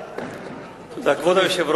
חבר הכנסת צרצור, בבקשה.